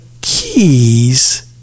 keys